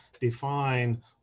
define